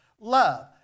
love